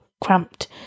cramped